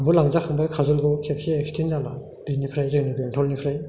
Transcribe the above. आंबो लांजाखांबाय खाजलगावआव खेबसे एक्सिडेन्ट जाना बेनिफ्राय जोंनि बेंथलनिफ्राय